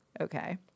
okay